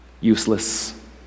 useless